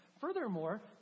Furthermore